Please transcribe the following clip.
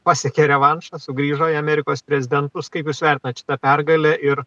pasiekė revanšą sugrįžo į amerikos prezidentus kaip jūs vertinat šitą pergalę ir